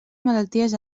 malalties